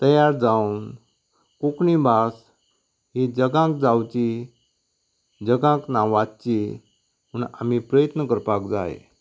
तयार जावन कोंकणी भास ही जगांत जावंची जगांत नांवाजची म्हण आमी प्रयत्न करपाक जाय